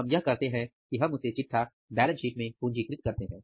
तो हम यह करते हैं कि उसे चिटठा बैलेंस शीट में पूंजीकृत करते हैं